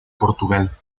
portugal